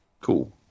Cool